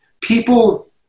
people